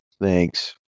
Thanks